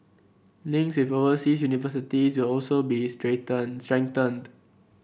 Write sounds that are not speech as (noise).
links with oversea universities will also be (unintelligible) strengthened